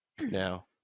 now